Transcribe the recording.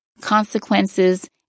consequences